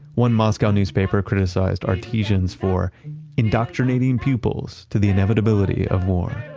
one moscow newspaper criticized artesians' for indoctrinating peoples to the inevitability of war.